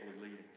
leading